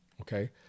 Okay